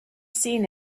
seen